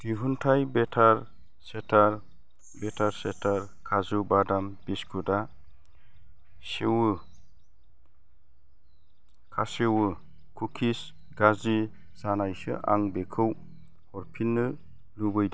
दिहुनथाइ बेटार चेटार काजु बादाम बिस्कुटआ सेवो केसेउ कुकिस गाज्रि जानायसो आं बेखौ हरफिन्नो लुबैदों